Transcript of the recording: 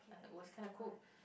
I thought it was kind of cool